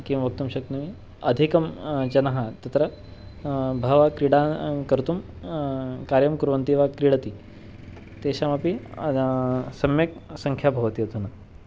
किं वक्तुं शक्नोमि अधिकाः जनाः तत्र बहवः क्रीडां कर्तुं कार्यं कुर्वन्ति वा क्रीडन्ति तेषामपि सम्यक् सङ्ख्या भवति अधुना